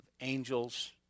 angels